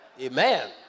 amen